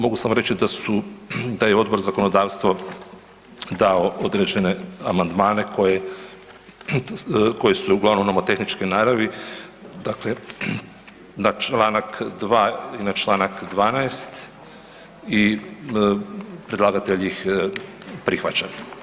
Mogu samo reći da je Odbor za zakonodavstvo dao određene amandmane koji su uglavnom nomotehničke naravi, dakle na članak 2. i na članak 12. i predlagatelj ih prihvaća.